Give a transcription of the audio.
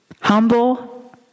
humble